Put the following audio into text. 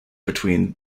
between